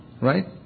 Right